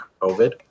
COVID